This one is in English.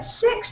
six